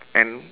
and